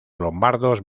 lombardos